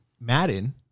Madden